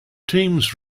teams